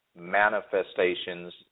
manifestations